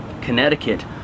Connecticut